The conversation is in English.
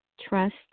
trust